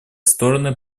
стороны